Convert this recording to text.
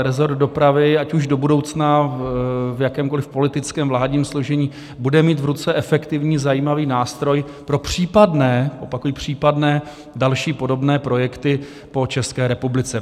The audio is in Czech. Resort dopravy, ať už do budoucna v jakémkoliv politickém, vládním složení, bude mít v ruce efektivní, zajímavý nástroj pro případné opakuji případné další podobné projekty po České republice.